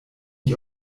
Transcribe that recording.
ich